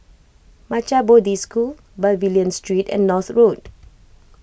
Maha Bodhi School Pavilion Street and North Road